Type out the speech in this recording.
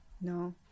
No